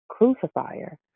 crucifier